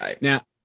Now